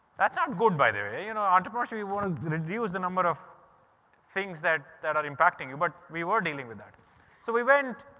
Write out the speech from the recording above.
that's not good by the way. in you know entrepreneurship, you want to reduce the number of things that that are impacting you, but we were dealing with that. so we went,